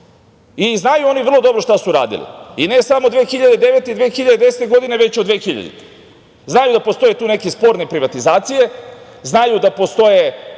i znaju oni vrlo dobro šta su radili, i ne samo 2009. i 2010. godine, već od 2000. godine. Znaju da postoje tu neke sporne privatizacije, znaju da postoje